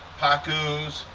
pacus,